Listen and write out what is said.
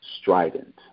strident